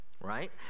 right